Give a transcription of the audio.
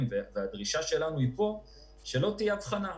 הדרישה שלנו פה היא שלא תהיה הבחנה.